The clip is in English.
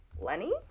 Lenny